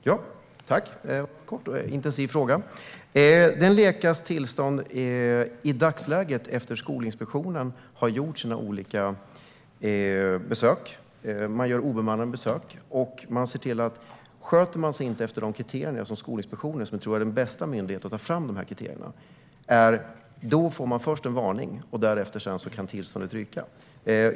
Herr talman! Det var en kort och intensiv fråga. En skola nekas i dagsläget tillstånd efter att Skolinspektionen har gjort sina olika besök. Man gör oanmälda besök, och sköter sig skolan inte enligt de kriterier som Skolinspektionen, som jag tror är den bästa myndigheten att ta fram de här kriterierna, har tagit fram får man först en varning och därefter kan tillståndet ryka.